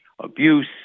abuse